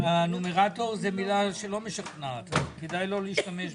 הנומרטור היא מילה שלא משכנעת; כדאי לא להשתמש בה.